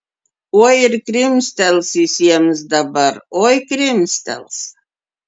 oi ir krimstels jis jiems dabar oi krimstels